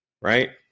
Right